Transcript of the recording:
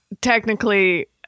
technically